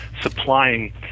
supplying